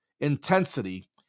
intensity